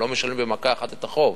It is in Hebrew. הם לא משלמים במכה אחת את החוב.